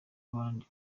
abandi